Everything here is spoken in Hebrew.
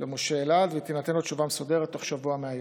לפונה בתוך שבוע מהיום.